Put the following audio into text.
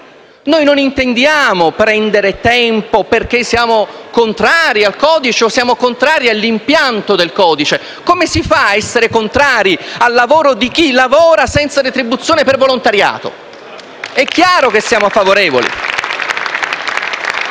Non intendiamo prendere tempo perché siamo contrari al codice o all'impianto del codice. Come si fa a essere contrari al lavoro di chi lavora senza retribuzione per volontariato? È chiaro che siamo favorevoli.